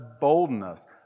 boldness